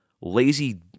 lazy